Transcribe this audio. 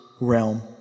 realm